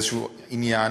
איזה עניין,